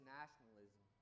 nationalism